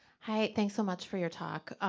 hi, thanks so much for your talk.